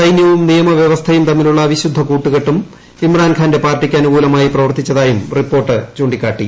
സൈനൃവും നിയമവ്യവസ്ഥയും തമ്മിലുള്ള അവിശുദ്ധ കൂട്ടുകെട്ടും ഇമ്രാഖാന്റെ പാർട്ടിയ്ക്ക് അനുകൂലമായി പ്രവർത്തിച്ചതായും റിപ്പോർട്ട് ിക്കാട്ടുന്നു